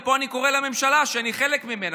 ופה אני קורא לממשלה שאני חלק ממנה,